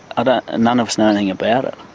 ah none of us know anything about it.